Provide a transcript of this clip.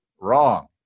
Wrong